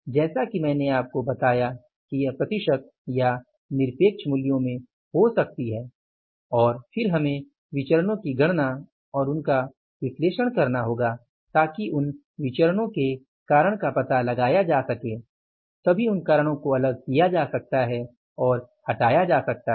जैसा कि मैंने आपको बताया कि यह प्रतिशत या निरपेक्ष मूल्यों में हो सकती है और फिर हमें विचरणों की गणना और उनका विश्लेषण करना होगा ताकि उन विचरणों के कारण का पता लगाया जा सके तभी उन कारणों को अलग किया जा सकता है और हटाया जा सकता है